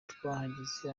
twahageze